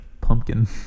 pumpkin